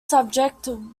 subject